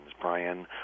brian